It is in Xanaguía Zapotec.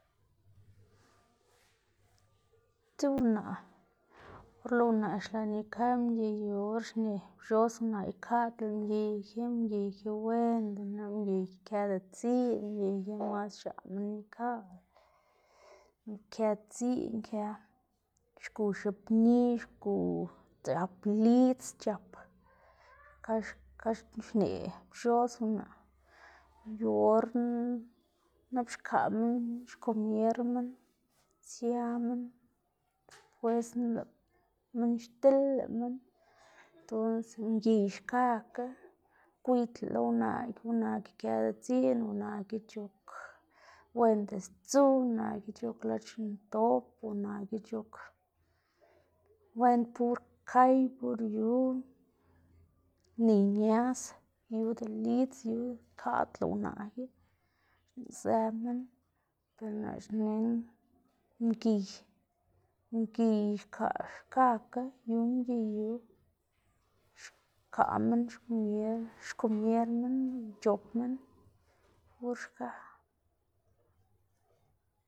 or lëꞌ unaꞌ xlaꞌn ikaꞌ mgiy, yu or xneꞌ pxoz unaꞌ ikaꞌdlá mgiy ki, mgiy ki wenda, na mgiy ki këda dziꞌn mgiy, mas x̱aꞌ minn ikaꞌlá kë dziꞌn kë xgu x̱ipni c̲h̲ap lidz c̲h̲ap xka xka xneꞌ pxoz unaꞌ yu or na nap xkaꞌ minn xkomier minn sia minn, despuesna lëꞌ minn xdil lëꞌ minn entonces mgiy xkakga, gwiydlá lo unaꞌ ki unaꞌ ki këda dziꞌn unaꞌ ki c̲h̲ok wen sdzu, unaꞌ ki c̲h̲ok lac̲h̲ ndop, unaꞌ ki c̲h̲ok wen pur kay pur yu niy ñaz yuda lidz yuda ikaꞌdlá unaꞌ ki xneꞌzë minn ber naꞌ xnená mgiy mgiy xka- xkakga yu mgiy yu xkaꞌ minn xkomier xkomier minn c̲h̲op minn pur xka.